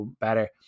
better